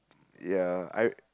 ya I